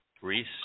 Greece